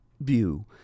view